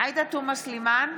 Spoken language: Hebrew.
עאידה תומא סלימאן,